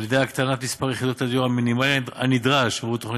על-ידי הקטנת מספר יחידות הדיור המינימלי הנדרש עבור תוכנית